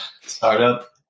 startup